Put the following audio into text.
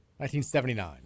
1979